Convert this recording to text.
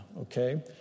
okay